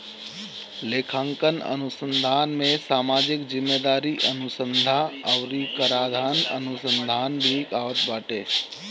लेखांकन अनुसंधान में सामाजिक जिम्मेदारी अनुसन्धा अउरी कराधान अनुसंधान भी आवत बाटे